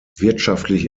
wirtschaftlich